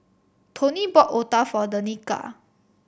Tony bought otah for Danica